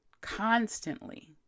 constantly